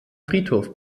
friedhof